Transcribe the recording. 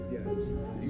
Yes